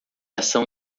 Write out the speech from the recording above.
ação